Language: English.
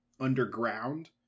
underground